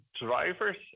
drivers